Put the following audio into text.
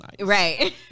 Right